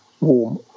warm